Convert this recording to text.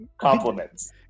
compliments